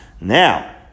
now